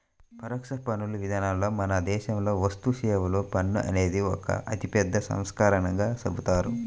పరోక్ష పన్నుల విధానంలో మన దేశంలో వస్తుసేవల పన్ను అనేది ఒక అతిపెద్ద సంస్కరణగా చెబుతారు